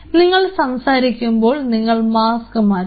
നിങ്ങൾ സംസാരിക്കുമ്പോൾ നിങ്ങൾ മാസ്ക് മാറ്റും